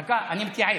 דקה, אני מתייעץ.